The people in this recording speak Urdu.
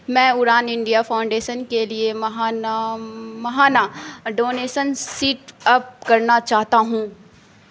میں اڑان انڈیا فاؤنڈیشن کے لیے ماہانہ ماہانہ ڈونیشن سیٹ اپ کرنا چاہتا ہوں